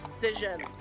decision